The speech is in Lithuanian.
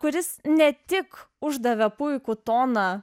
kuris ne tik uždavė puikų toną